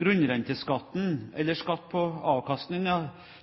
Grunnrenteskatten, eller skatt på